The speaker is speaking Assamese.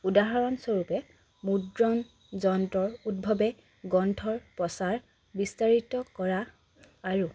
উদাহৰণস্বৰূপে মুদ্ৰন যন্ত্ৰৰ উদ্ভৱে গ্ৰন্থৰ প্ৰচাৰ বিস্তাৰিত কৰা আৰু